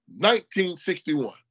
1961